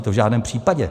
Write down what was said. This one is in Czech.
To v žádném případě.